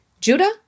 Judah